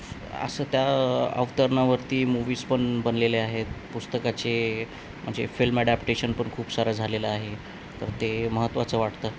असं त्या अवतरणावरती मूव्हीज पण बनलेले आहेत पुस्तकाचे म्हणजे फिल्म ॲडॅप्टेशन पण खूप सारं झालेलं आहे तर ते महत्त्वाचं वाटतं